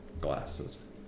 glasses